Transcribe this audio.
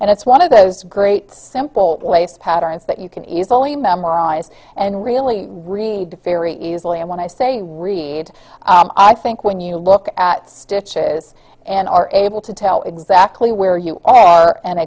and it's one of those great simple lace patterns that you can easily memorize and really read fairly easily and when i say read i think when you look at stitches and are able to tell exactly where you are and